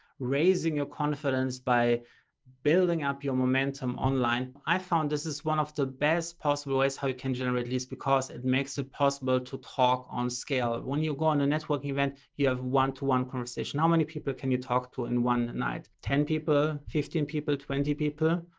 raising your confidence by building up your momentum online. i found this is one of the best possible ways how you can generate leads because it makes it possible to talk on scale. when you go on a networking event you have one to one conversation. how many people can you talk to in one night? ten people, fifteen people, twenty people.